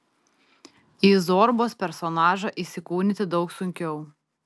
į zorbos personažą įsikūnyti daug sunkiau